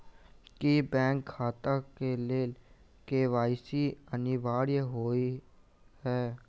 की bank खाता केँ लेल के.वाई.सी अनिवार्य होइ हएत?